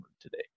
today